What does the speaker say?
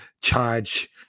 charge